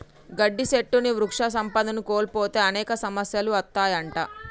గట్టి సెట్లుని వృక్ష సంపదను కోల్పోతే అనేక సమస్యలు అత్తాయంట